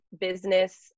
business